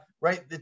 right